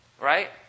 Right